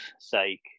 sake